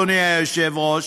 אדוני היושב-ראש,